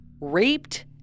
raped